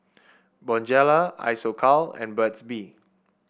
Bonjela Isocal and Burt's Bee